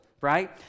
right